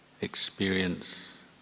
experience